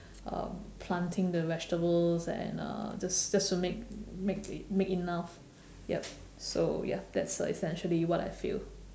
uh planting the vegetables and uh just just to make make make enough yup so ya that's uh essentially what I feel